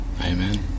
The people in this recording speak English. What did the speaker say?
Amen